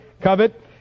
covet